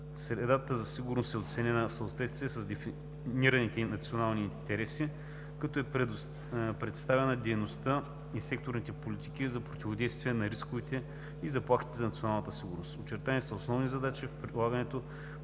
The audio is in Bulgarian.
Средата за сигурност е оценена в съответствие с дефинираните национални интереси, като е представена дейността в секторните политики за противодействие на рисковете и заплахите за националната сигурност. Очертани са основните задачи в прилагането